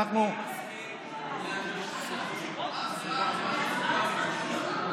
אני מסכים לדרישות אך ורק עם מה שסוכם עם,